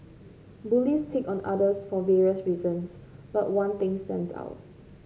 bullies pick on others for various reasons but one thing stands out